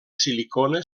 silicona